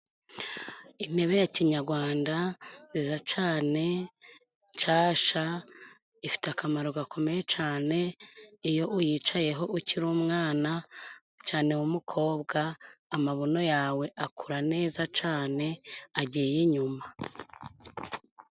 Intebe ya kinyagwandaza nziza cane nshasha ifite akamaro gakomeye cane. Iyo uyicayeho ukiri umwana cane w'umukobwa, amabuno yawe akura neza cane agiye inyuma.